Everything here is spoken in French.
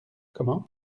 comment